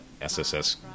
SSS